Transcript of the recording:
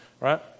right